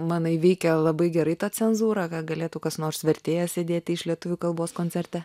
manai veikia labai gerai ta cenzūra ką galėtų kas nors vertėjas įdėti iš lietuvių kalbos koncerte